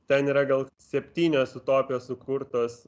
ten yra gal septynios utopijos sukurtos